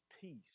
peace